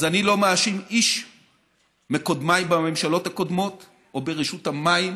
אז אני לא מאשים איש מקודמיי בממשלות הקודמות או ברשות המים,